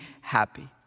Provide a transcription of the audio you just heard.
happy